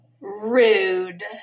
Rude